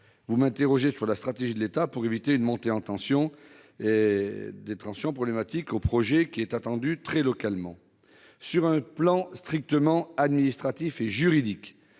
Vous m'interrogez quant à la stratégie de l'État pour éviter une montée des tensions face au projet, lequel est attendu très localement. Sur un plan strictement administratif et juridique,